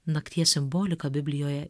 nakties simbolika biblijoje